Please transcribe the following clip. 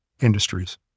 industries